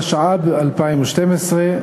התשע"ב 2012,